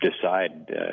decide